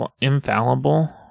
infallible